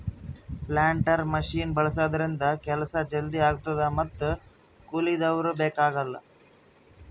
planter machine ಬಳಸಿದ್ರಿಂದ ಕೆಲ್ಸ ಜಲ್ದಿ ಆಗ್ತದ ಮತ್ತ್ ಕೂಲಿದವ್ರು ಬೇಕಾಗಲ್